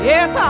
Yes